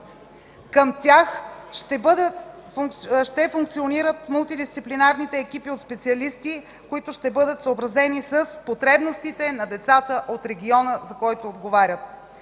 Към тях ще функционират мултидисциплинарните екипи от специалисти, които ще бъдат съобразени с потребностите на децата от региона, за който отговарят.